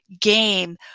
game